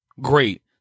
great